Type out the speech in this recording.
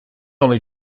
only